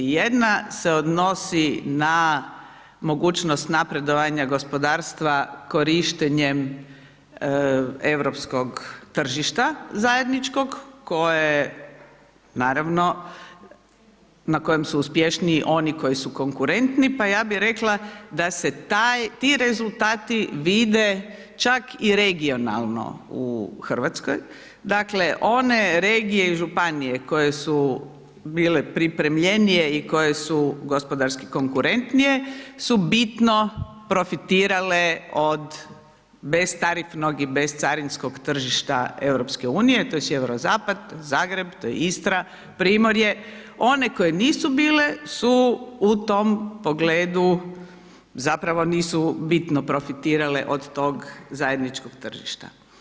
Jedna se odnosi na mogućnost napredovanja gospodarstva korištenjem europskog tržišta zajedničkog koje naravno na kojem su uspješniji oni koji su konkuretniji, pa ja bi rekla da se ti rezultati vide čak i regionalno u Hrvatskoj, dakle one regije i županije koje su bile pripremljenije i koje su gospodarski konkurentnije su bitno profitirale od beztarifnog i bezcarinskog tržišta EU-a a to je sjeverozapad, Zagreb, to je Istra, Primorje, one koje nisu bile su u tom pogledu zapravo nisu bitno profitirale od tog zajedničkog tržišta.